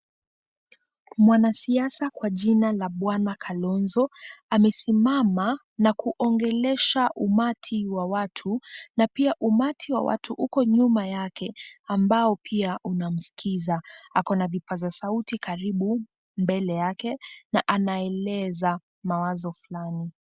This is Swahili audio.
Mwanasiasa kwa jina la Bw.Kalonzo amesimama na kuongelesha umati wa watu na pia umati wa watu uko nyuma yake ambao pia unamskiza. Ako na vipaza sauti karibu mbele yake na anaeleza mawazo fulani.